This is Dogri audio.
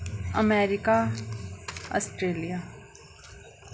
America Australia